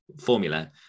formula